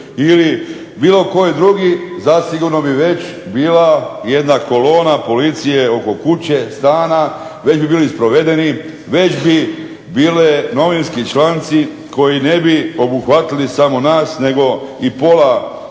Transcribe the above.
ili bilo koji drugi zasigurno bi već bila jedna kolona policije oko kuće, stana, već bi bili sprovedeni, već bi bili novinski članci koji ne bi obuhvatili samo nas nego pola familije